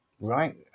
Right